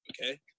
Okay